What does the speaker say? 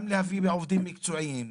גם להביא עובדים מקצועיים,